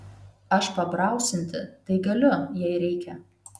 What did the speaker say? aš pabrausinti tai galiu jei reikia